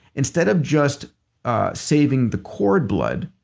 instead of just saving the chord blood,